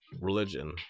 religion